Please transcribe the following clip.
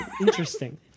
Interesting